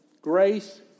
grace